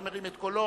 שמרים את קולו,